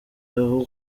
aho